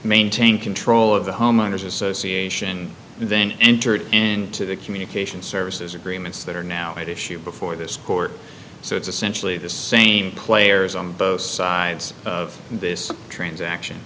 maintain control of the homeowners association entered into the communications services agreements that are now at issue before this court so it's essentially the same players on both sides of this transaction